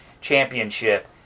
championship